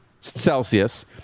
Celsius